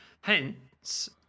Hence